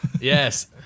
yes